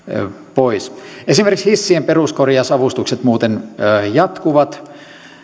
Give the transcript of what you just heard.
pois esimerkiksi hissien peruskorjausavustukset muuten jatkuvat